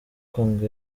kong